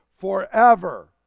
forever